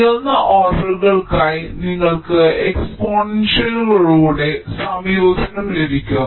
ഉയർന്ന ഓർഡറുകൾക്കായി നിങ്ങൾക്ക് എക്സ്പോണൻഷ്യലുകളുടെ സംയോജനം ലഭിക്കും